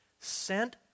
sent